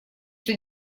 что